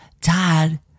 dad